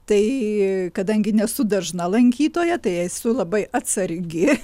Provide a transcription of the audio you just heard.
tai kadangi nesu dažna lankytoja tai esu labai atsargi